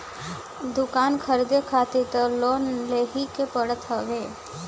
दुकान खरीदे खारित तअ लोन लेवही के पड़त हवे